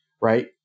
Right